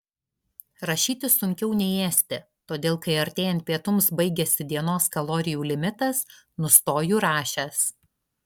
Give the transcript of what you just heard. rašyti sunkiau nei ėsti todėl kai artėjant pietums baigiasi dienos kalorijų limitas nustoju rašęs